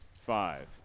Five